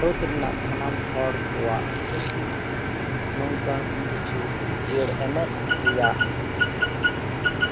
ᱟᱨ ᱵᱷᱟᱨᱚ ᱨᱮᱱᱟᱜ ᱥᱟᱱᱟᱢ ᱦᱚᱲ ᱠᱚᱣᱟᱜ ᱠᱩᱥᱤ ᱱᱚᱝᱠᱟ ᱠᱤᱪᱷᱩ ᱡᱤᱭᱟᱹᱲ ᱮᱱᱮᱡ ᱨᱮᱭᱟᱜ